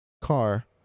car